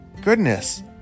goodness